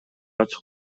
ачык